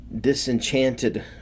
disenchanted